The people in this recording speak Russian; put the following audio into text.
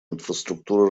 инфраструктура